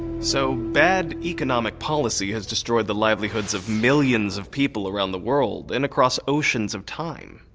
so, bad economic policy has destroyed the livelihoods of millions of people around the world and across oceans of time.